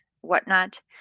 whatnot